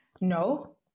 no